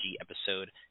episode